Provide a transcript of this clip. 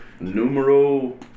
Numero